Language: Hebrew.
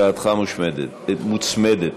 הצעתך מוצמדת.